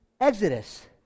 Exodus